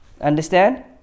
understand